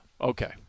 Okay